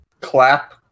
Clap